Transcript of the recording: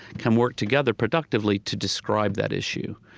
can work together productively to describe that issue.